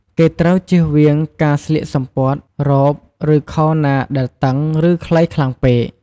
គេត្រូវចៀសវាងការស្លៀកសំពត់ រ៉ូប ឬ ខោណាដែលតឹង ឬ ខ្លីខ្លាំងពេក។